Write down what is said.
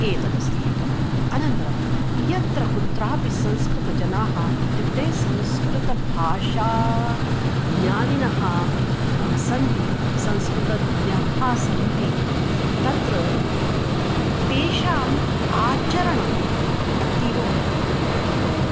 एतदस्ति एकम् अनन्तरं यत्र कुत्रापि संस्कृतजनाः इत्युक्ते संस्कृतभाषा ज्ञानिनः सन्ति संस्कृतज्ञाः सन्ति तत्र तेषाम् आचरणम् अतीवमहत्त्वभूतम्